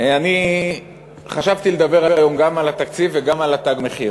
אני חשבתי לדבר היום גם על התקציב וגם על התג מחיר,